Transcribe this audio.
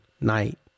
night